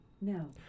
No